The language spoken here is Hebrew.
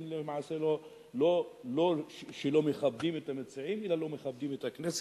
לא שהם לא מכבדים את המציעים אלא לא מכבדים את הכנסת,